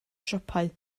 siopau